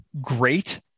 great